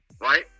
right